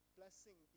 blessing